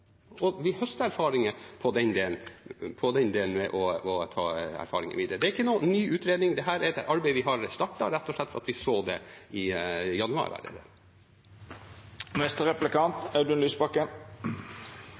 og vi høster erfaringer og tar dem med videre. Det er ikke noen ny utredning, dette er et arbeid vi allerede har startet, rett og slett fordi vi så det allerede i januar.